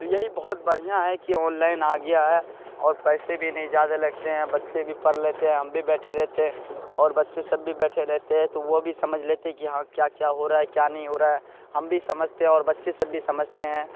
یہی بہت برھیاں ہے کہ آن لائن آ گیا ہے اور پیسے بھی نہیں زیادہ لگتے ہیں بچے بھی پڑھ لیتے ہیں ہم بھی بیٹھے رہتے ہیں اور بچے سب بھی بیٹھے رہتے ہے تو وہ بھی سمجھ لیتے کہ ہاں کیا کیا ہو رہا ہے کیا نہیں ہو رہا ہے ہم بھی سمجھتے ہیں اور بچے سب بھی سمجھتے ہیں